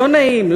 לא נעים.